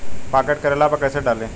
Pocket करेला पर कैसे डाली?